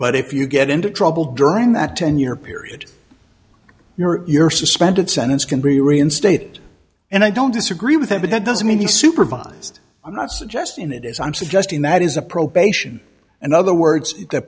but if you get into trouble during that ten year period you're suspended sentence can be reinstated and i don't disagree with him but that doesn't mean the supervised i'm not suggesting it is i'm suggesting that is a probation and other words the